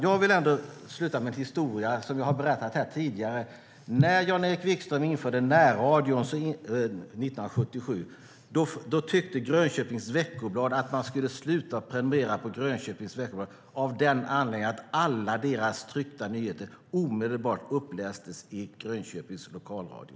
Jag slutar med en historia som jag har berättat här tidigare. När Jan-Erik Wikström införde närradion 1977 tyckte Grönköpings Veckoblad att man skulle sluta prenumerera på Grönköpings Veckoblad eftersom alla deras tryckta nyheter omedelbart upplästes i Grönköpings lokalradio.